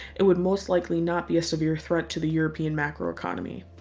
it would most likely not be a severe threat to the european macroeconomy.